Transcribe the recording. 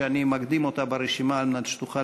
שאני מקדים אותה ברשימה על מנת שתוכל